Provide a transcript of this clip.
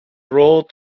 role